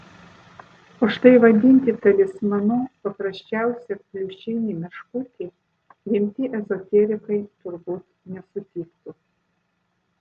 o štai vadinti talismanu paprasčiausią pliušinį meškutį rimti ezoterikai turbūt nesutiktų